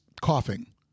coughing